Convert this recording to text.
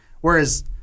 Whereas